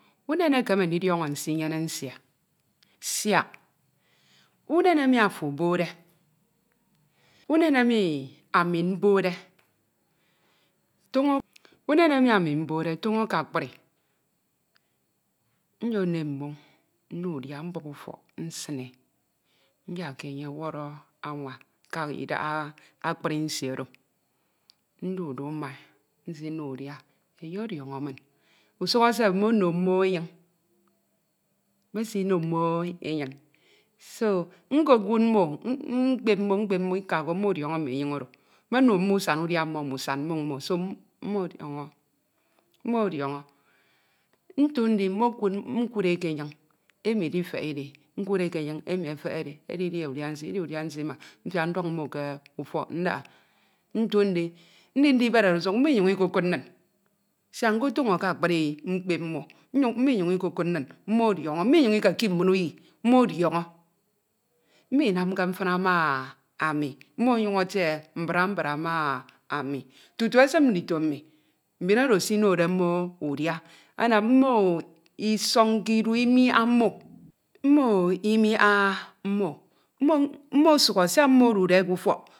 Unen ekeme ndidiọñọ nsinyene nsie siak unen emi ami mbokde toño ke akpri nyono e mmoñ nno e udia mbup ufọk nsin e nyakke e enye ọwọrọ anwa kaña kidaha akpri nsie oro ndude ma e nsino e udia enye ọdiọñọ min usuk sef mmeno mmo enyiñ mmesino mmo enyiñ do ukokud mmo mkpep mmo mkpep mmo ika ko mmo ọdiọñọ mme enyin̄ oro mmeno mmo mm'usan udia mmo ma usan mmoñ mmo do mmo ọdiọñọ mmo ọdiọñọ utu ndi mmokud ukud e ke enyiñ emi idifeghe idi nkud e ke enyiñ emi efehe edi edidia udia nsie idia udia nsie ima mfiak ndọñ mmo k'ufọk ndaha ntu ndi ndi ndibere usuñ mmo inyuñ ikokud nin siak ñkotoño ke akpri mkpep mmo nnyuñ, mmo inyuñ ikokokud min mmo ọdiọñọ mmo inyuñ ikekip min uyi mmo ọdiọñọ mmo inamke mfina ma ami mmo ọnyuñ etie mbra mbra ma ami tutu esim ndito mmi mbin oro esinode mmo udia anam mmo isọñke idu imiaha mmo, mmo imiaha mmo mmo sukhọ siak mmo odude k'ufọk